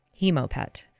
Hemopet